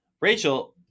Rachel